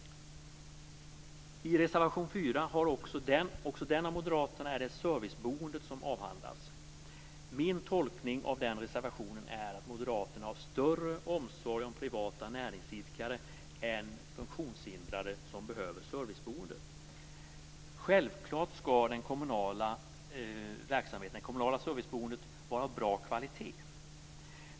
I reservation 4, också den av Moderaterna, är det serviceboendet som avhandlas. Min tolkning av den reservationen är att Moderaterna har större omsorg om privata näringsidkare än om funktionshindrade som behöver serviceboende. Självklart skall det kommunala serviceboendet vara av bra kvalitet.